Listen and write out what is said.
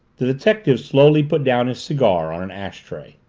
the detective slowly put down his cigar on an ash tray.